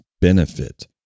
benefit